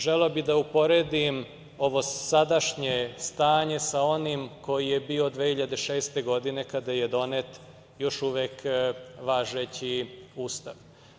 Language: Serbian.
Želeo bih da uporedim ovo sadašnje stanje sa onim koje je bilo 2006. godine, kada je donet još uvek važeći Ustav.